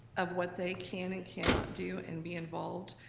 of what they can and cannot do and be involved,